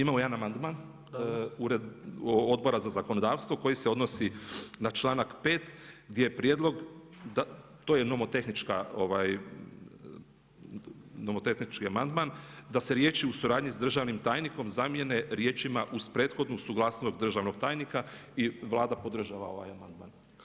Imamo jedan amandman Odbora za zakonodavstvo koji se odnosi na članak 5. gdje je prijedlog to je nomotehnički amandman da se riječi: „u suradnji sa državnim tajnikom“ zamijene riječima: „uz prethodnu suglasnost državnog tajnika“ i Vlada podržava ovaj amandman.